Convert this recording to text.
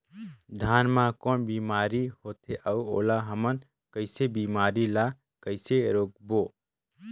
धान मा कौन बीमारी होथे अउ ओला हमन कइसे बीमारी ला कइसे रोकबो?